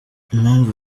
impamvu